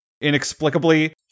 inexplicably